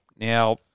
Now